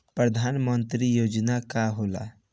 परधान मंतरी योजना का होला?